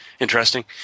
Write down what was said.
interesting